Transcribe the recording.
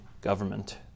government